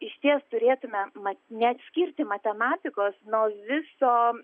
išties turėtume mat neatskirti matematikos nuo viso